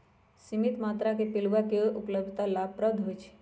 सीमित मत्रा में पिलुआ के उपलब्धता लाभप्रद होइ छइ